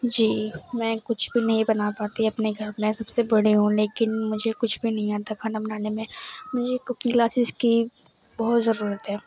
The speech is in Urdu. جی میں کچھ بھی نہیں بنا پاتی اپنے گھر میں سب سے بڑی ہوں لیکن مجھے کچھ بھی نہیں آتا کھانا بنانے میں مجھے کوکنگ کلاسز کی بہت ضرورت ہے